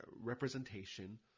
representation